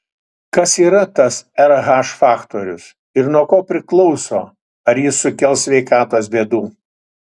kas yra tas rh faktorius ir nuo ko priklauso ar jis sukels sveikatos bėdų